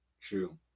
True